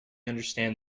understand